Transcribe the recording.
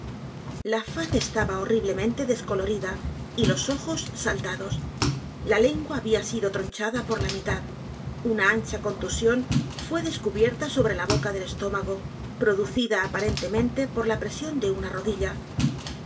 la faz estaba horriblemente descolorida y los ojos saltados la lengua había sido tronchada por la mitad una ancha contusión fué descubierta sobre la boca del estómago producida aparentemente por la presión de una rodilla